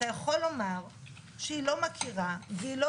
אתה יכול לומר שהיא לא מכירה והיא לא